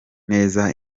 neza